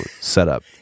setup